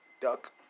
duck